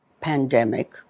pandemic